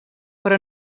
però